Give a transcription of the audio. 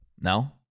No